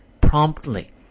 promptly